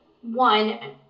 one